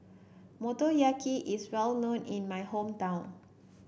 motoyaki is well known in my hometown